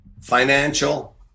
financial